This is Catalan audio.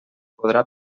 podrà